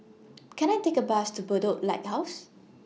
Can I Take A Bus to Bedok Lighthouse